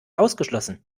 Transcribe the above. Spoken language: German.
ausgeschlossen